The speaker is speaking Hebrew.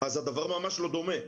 אז הדבר ממש לא דומה.